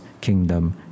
kingdom